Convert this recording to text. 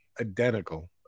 identical